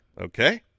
Okay